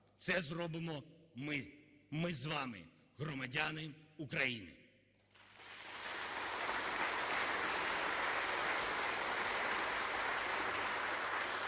Це зробимо ми, ми з вами – громадяни України.